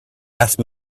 ask